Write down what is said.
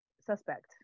suspect